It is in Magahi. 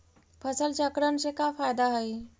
फसल चक्रण से का फ़ायदा हई?